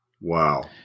Wow